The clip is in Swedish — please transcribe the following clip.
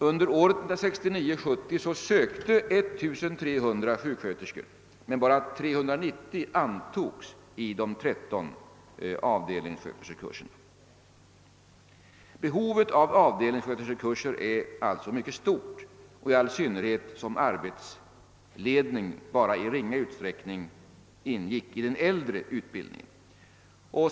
Under år 1969/70 sökte 1300 sjuksköterskor, men bara 390 antogs i de 13 avdelningssköterskekurserna. Behovet av avdelningssköterskekurser är alltså mycket stort, i all synnerhet som arbetsledning bara i ringa utsträckning ingick i den äldre utbildningen.